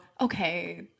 Okay